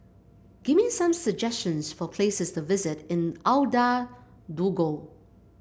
give me some suggestions for places to visit in Ouagadougou